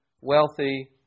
wealthy